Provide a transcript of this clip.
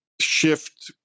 shift